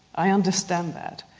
i understand that.